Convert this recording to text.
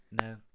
No